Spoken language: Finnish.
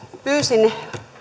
pyysin